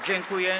Dziękuję.